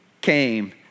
came